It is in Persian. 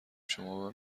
شما